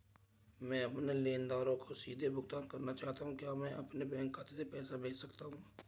मैं अपने लेनदारों को सीधे भुगतान करना चाहता हूँ क्या मैं अपने बैंक खाते में पैसा भेज सकता हूँ?